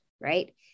right